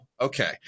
Okay